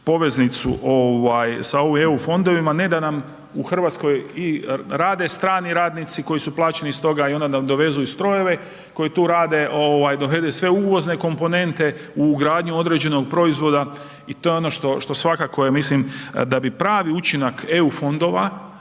poveznicu ovaj sa ovim EU fondovima ne da nam u Hrvatskoj i rade strani radnici koji su plaćeni iz toga i onda nam dovezu i strojeve koji tu rade ovaj dovede sve uvozne komponente u ugradnju određenog proizvoda i to je ono što svakako je, mislim da bi pravi učinak EU fondova,